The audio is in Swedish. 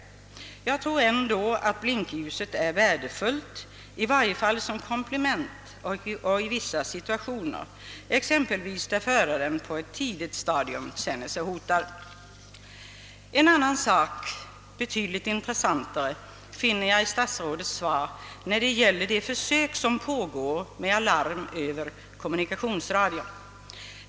Trots detta tror jag att blinkljuset är värdefullt, i varje fall som komplement och i vissa situationer, t.ex. där föraren på ett tidigt stadium känner sig hotad. En annan och betydligt mera intressant sak finner jag i statsrådets svar, nämligen de försök som pågår med alarm över kommunikationsradion.